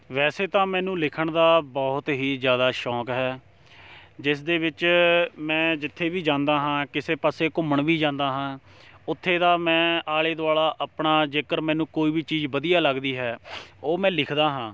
ਵੈਸੇ ਤਾਂ ਮੈਨੂੰ ਲਿਖਣ ਦਾ ਬਹੁਤ ਹੀ ਜ਼ਿਆਦਾ ਸ਼ੌਂਕ ਹੈ ਜਿਸ ਦੇ ਵਿੱਚ ਮੈਂ ਜਿੱਥੇ ਵੀ ਜਾਂਦਾ ਹਾਂ ਕਿਸੇ ਪਾਸੇ ਘੁੰਮਣ ਵੀ ਜਾਂਦਾ ਹਾਂ ਉੱਥੇ ਦਾ ਮੈਂ ਆਲ਼ੇ ਦੁਆਲ਼ਾ ਆਪਣਾ ਜੇਕਰ ਮੈਨੂੰ ਕੋਈ ਵੀ ਚੀਜ਼ ਵਧੀਆ ਲੱਗਦੀ ਹੈ ਉਹ ਮੈਂ ਲਿਖਦਾ ਹਾਂ